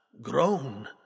grown